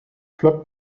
flockt